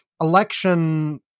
election